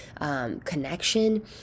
connection